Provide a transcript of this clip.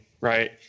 right